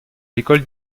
l’école